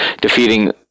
defeating